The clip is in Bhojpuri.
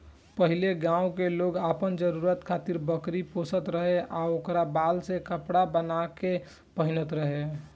पहिले गांव के लोग आपन जरुरत खातिर बकरी पोसत रहे आ ओकरा बाल से कपड़ा बाना के पहिनत रहे